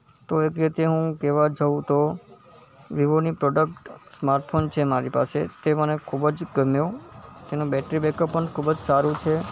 તો એથી હું કહેવા જાઉં તો વિવો ની પ્રોડક્ટ સ્માર્ટ ફોન છે મારી પાસે તે મને ખૂબ જ ગમ્યો તેનું બૅટરી બૅકઅપ પણ ખૂબ જ સારું છે